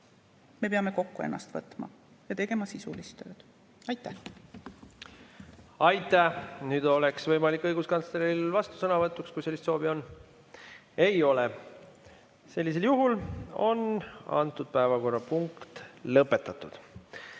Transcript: Me peame kokku ennast võtma ja tegema sisulist tööd. Aitäh! Aitäh! Nüüd oleks võimalus õiguskantsleril vastusõnavõtuks, kui sellist soovi on. Ei ole. Sellisel juhul on see päevakorrapunkt lõpetatud.